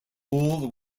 all